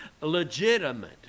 legitimate